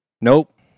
Nope